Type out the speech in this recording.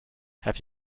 have